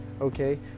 Okay